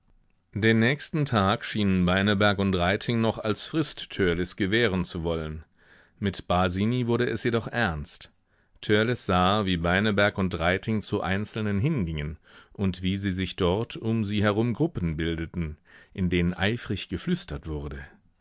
den nächsten tag schienen beineberg und reiting noch als frist törleß gewähren zu wollen mit basini wurde es jedoch ernst törleß sah wie beineberg und reiting zu einzelnen hingingen und wie sich dort um sie herum gruppen bildeten in denen eifrig geflüstert wurde